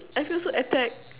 I feel so attacked